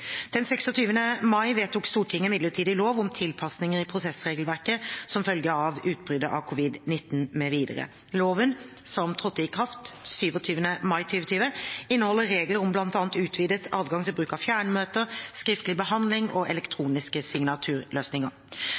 Den 26. mai vedtok Stortinget midlertidig lov om tilpasninger i prosessregelverket som følge av utbruddet av covid-19 mv. Loven, som trådte i kraft 27. mai 2020, inneholder regler om bl.a. utvidet adgang til bruk av fjernmøter, skriftlig behandling og elektroniske signaturløsninger.